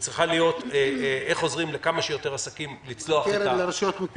היא צריכה להיות איך עוזרים לכמה שיותר עסקים לצלוח את המשבר.